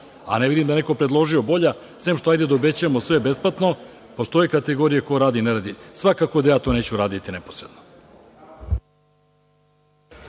Ne vidim da je neko predložio bolja, sem, hajde da obećamo sve besplatno. Postoje kategorije ko radi i ne radi. Svako da ja to neću raditi neposredno.